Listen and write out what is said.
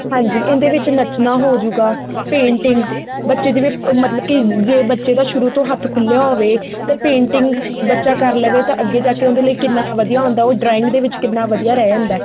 ਹਾਂਜੀ ਇਹਦੇ ਵਿੱਚ ਨੱਚਣਾ ਹੋ ਜੂਗਾ ਪੇਂਟਿੰਗ ਬੱਚੇ ਦੇ ਮਤਲਬ ਕਿ ਜੇ ਬੱਚੇ ਦਾ ਸ਼ੁਰੂ ਤੋਂ ਹੱਥ ਖੁਲਿਆ ਹੋਵੇ ਤੇ ਪੇਂਟਿੰਗ ਬੱਚਾ ਕਰ ਲਵੇ ਤਾਂ ਅੱਗੇ ਜਾ ਕੇ ਉਹਦੇ ਲਈ ਕਿੰਨਾ ਵਧੀਆ ਹੁੰਦਾ ਉਹ ਡਰਾਇੰਗ ਦੇ ਵਿੱਚ ਕਿੰਨਾ ਵਧੀਆ ਰਹਿ ਜਾਂਦਾ